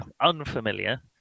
unfamiliar